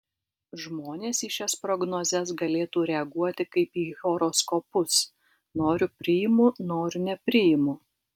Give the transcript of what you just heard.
žmonės į šias prognozes galėtų reaguoti kaip į horoskopus noriu priimu noriu nepriimu